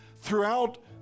throughout